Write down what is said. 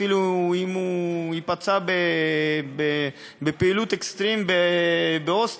אפילו אם הוא ייפצע בפעילות אקסטרים באוסטריה,